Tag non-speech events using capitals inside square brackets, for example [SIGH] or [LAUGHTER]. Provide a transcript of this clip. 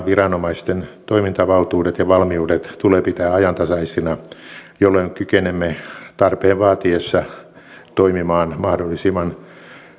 [UNINTELLIGIBLE] viranomaisten toimintavaltuudet ja valmiudet tulee pitää ajantasaisina jolloin kykenemme tarpeen vaatiessa toimimaan mahdollisimman